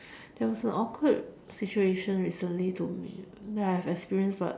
there was an awkward situation recently to me that I've experienced but